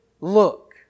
look